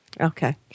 Okay